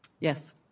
Yes